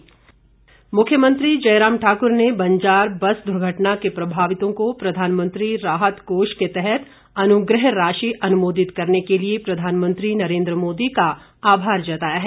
राहत राशि मुख्यमंत्री जयराम ठाकुर ने बंजार बस दुर्घटना के प्रभावितों को प्रधानमंत्री राहत कोष के तहत अनुग्रह राशि अनुमोदित करने के लिए प्रधानमंत्री नरेंद्र मोदी का आभार जताया है